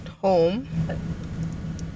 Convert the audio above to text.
Home